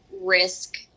risk